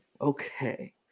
okay